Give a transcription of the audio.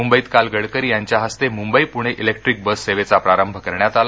मुंबईत काल गडकरी यांच्या हस्ते मुंबई पुणे जेक्ट्रिक बस सेवेचा प्रारंभ करण्यात आला